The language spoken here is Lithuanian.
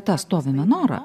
ten stovi menora